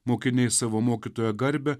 mokiniai savo mokytojo garbę